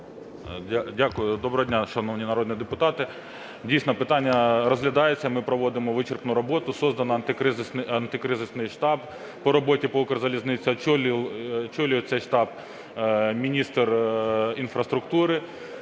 Дякую. Доброго дня, шановні народні депутати! Дійсно, питання розглядається, ми проводимо вичерпну роботу, створено антикризовий штаб по роботі по Укрзалізниці. Очолює цей штаб міністр інфраструктури.